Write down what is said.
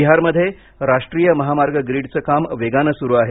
बिहारमध्ये राष्ट्रीय महामार्ग ग्रीडचे काम वेगाने सुरू आहे